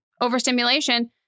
overstimulation